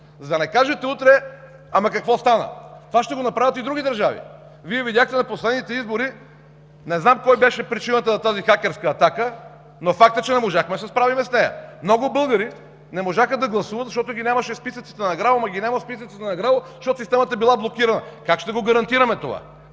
за да не кажете утре: „Ама какво стана?!“. Това ще го направят и други държави. Видяхте на последните избори – не зная кой беше причината за хакерската атака, но е факт, че не можахме да се справим с нея. Много българи не можаха да гласуват, защото ги нямаше в списъците на ГРАО. Нямало ги в списъците на ГРАО, защото системата била блокирала. Как ще гарантираме това?!